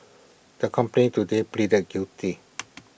the company today pleaded guilty